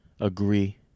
agree